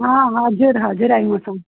हा हा हाज़िर हाज़िर आहियूं असां